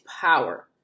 power